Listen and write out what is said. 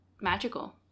magical